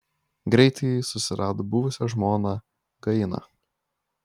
greitai susirado buvusią žmoną gainą